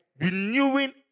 renewing